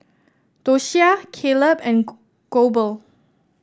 Doshia Caleb and Goebel